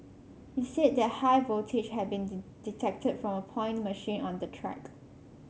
he said that high voltage had been detected from a point machine on the track